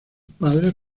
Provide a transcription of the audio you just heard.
padres